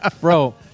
bro